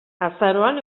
azaroan